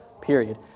period